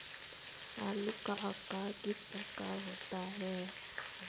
आलू का आकार किस प्रकार का होता है?